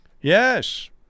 Yes